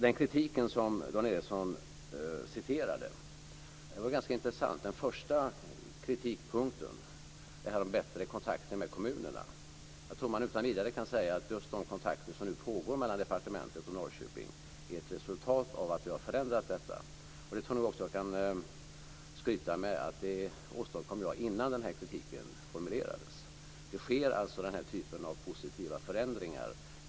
Det var ganska intressant med den kritik som Dan Ericsson citerade. Den första kritikpunkten handlade om bättre kontakter med kommunerna. Jag tror att man utan vidare kan säga att just de kontakter som nu pågår mellan departementet och Norrköping är ett resultat av att vi har förändrat detta. Jag kan nog också skryta med att jag åstadkom det innan den här kritiken formulerades. Det sker alltså den här typen av positiva förändringar.